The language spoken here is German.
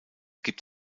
gibt